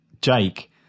Jake